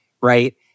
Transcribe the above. right